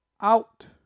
out